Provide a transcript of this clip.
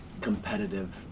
competitive